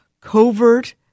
Covert